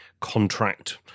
contract